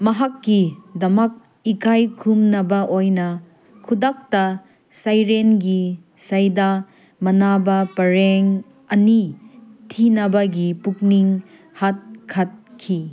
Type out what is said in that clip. ꯃꯍꯥꯛꯀꯤꯗꯃꯛ ꯏꯀꯥꯏ ꯈꯨꯝꯅꯕ ꯑꯣꯏꯅ ꯈꯨꯗꯛꯇ ꯁꯩꯔꯦꯡꯒꯤ ꯁꯩꯗ ꯃꯥꯟꯅꯕ ꯄꯔꯦꯡ ꯑꯅꯤ ꯊꯤꯅꯕꯒꯤ ꯄꯨꯛꯅꯤꯡ ꯍꯥꯞꯀꯠꯈꯤ